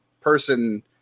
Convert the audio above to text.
person